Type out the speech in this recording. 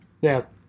Yes